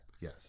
Yes